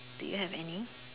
do you have any